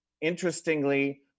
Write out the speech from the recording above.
interestingly